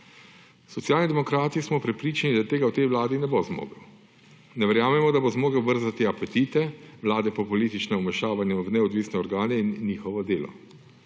Socialni demokrati smo prepričani, da tega v tej Vladi ne bo zmogel. Ne verjamemo, da bo zmogel brzdati apetite Vlade po političnem vmešavanju v neodvisne organe in njihovo delo.